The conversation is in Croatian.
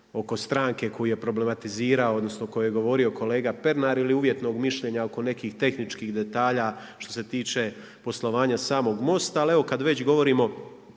oko stranke koju je problematizirao, odnosno o kojoj je govorio kolega Pernar ili uvjetnog mišljenja oko nekih tehničkih detalja što se tiče poslovanja samog MOST-a. Ali evo kad već govorimo